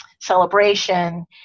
celebration